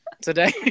today